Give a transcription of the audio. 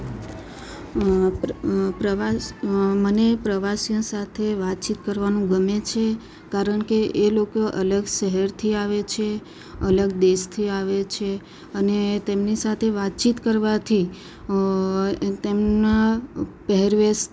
પ્રવાસ અ મને પ્રવાસીઓ સાથે વાતચીત કરવાનું ગમે છે કારણકે એ લોકો અલગ શહેરથી આવે છે અલગ દેશથી આવે છે અને તેમની સાથે વાતચીત કરવાથી અ તેમના પહેરવેશ